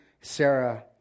Sarah